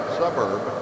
suburb